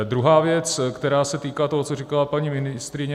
Druhá věc, která se týká toho, co říkala paní ministryně.